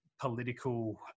political